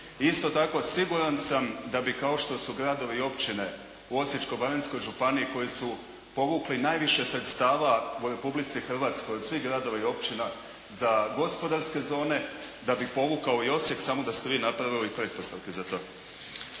Isto tako siguran sa da bi kao što su gradovi i općine u Osječko-baranjskoj županiji koji su povukli najviše sredstava u Republici Hrvatskoj od svih gradova i općina za gospodarske zone, da bi povukao i Osijek samo da ste vi napravili pretpostavke za to.